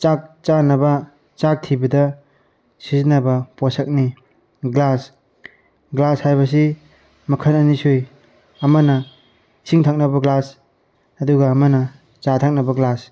ꯆꯥꯛ ꯆꯥꯅꯕ ꯆꯥꯛ ꯊꯤꯕꯗ ꯁꯤꯖꯤꯟꯅꯕ ꯄꯣꯠꯁꯛꯅꯤ ꯒ꯭ꯂꯥꯁ ꯒ꯭ꯂꯥꯁ ꯍꯥꯏꯕꯁꯤ ꯃꯈꯜ ꯑꯅꯤ ꯁꯨꯏ ꯑꯃꯅ ꯏꯁꯤꯡ ꯊꯛꯅꯕ ꯒ꯭ꯂꯥꯁ ꯑꯗꯨꯒ ꯑꯃꯅ ꯆꯥ ꯊꯛꯅꯕ ꯒ꯭ꯂꯥꯁ